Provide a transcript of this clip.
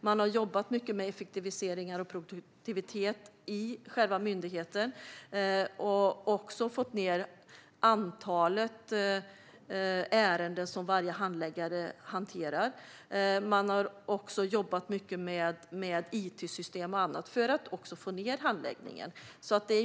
Man har jobbat mycket med effektiviseringar och produktivitet i själva myndigheten och fått ned antalet ärenden som varje handläggare hanterar. Man har också jobbat mycket med it-system och annat för att få ned handläggningstiderna.